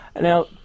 now